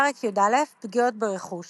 פרק י"א פגיעות ברכוש